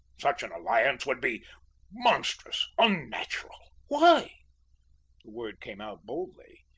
such an alliance would be monstrous unnatural. why? the word came out boldly.